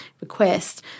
request